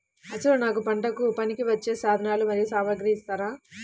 అసలు నాకు పంటకు పనికివచ్చే సాధనాలు మరియు సామగ్రిని ఇస్తారా?